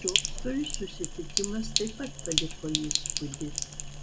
džobsui susitikimas taip pat paliko įspūdį